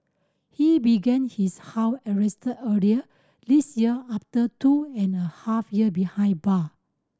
he began his house arrest earlier this year after two and a half year behind bar